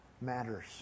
matters